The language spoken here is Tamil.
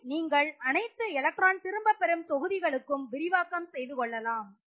அதை நீங்கள் அனைத்து எலக்ட்ரான் திரும்பப்பெறும் தொகுதிகளுக்கும் விரிவாக்கம் செய்து கொள்ளலாம்